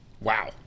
Wow